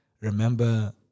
remember